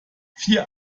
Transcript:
vier